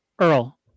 Earl